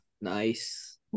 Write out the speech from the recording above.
Nice